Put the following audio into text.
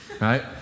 right